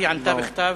היא ענתה בכתב,